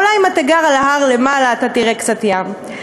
אולי אם אתה גר על ההר למעלה תראה קצת ים.